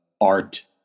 art